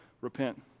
Repent